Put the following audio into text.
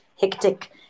hectic